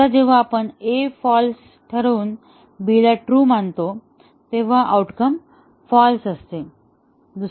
आता जेव्हा आपण A ला फाँल्स ठरवून B ला ट्रू मानतो तेव्हा आऊटकम फाल्स असते